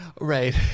right